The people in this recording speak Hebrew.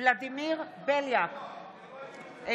ולדימיר בליאק,